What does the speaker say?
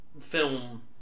film